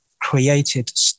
created